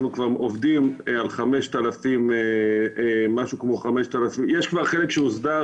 אנחנו כבר עובדים על משהו כמו 5,000. יש כבר חלק שהוסדר,